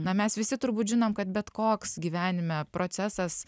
na mes visi turbūt žinom kad bet koks gyvenime procesas